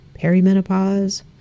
perimenopause